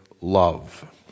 love